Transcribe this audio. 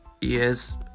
Yes